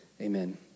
Amen